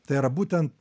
tai yra būtent